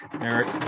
Eric